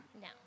No